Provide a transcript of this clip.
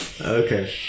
Okay